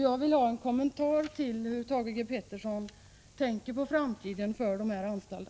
Jag vill veta hur Thage G. Peterson tänker sig framtiden för de anställda.